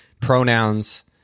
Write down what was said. pronouns